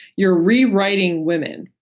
you're rewriting women.